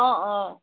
অঁ অঁ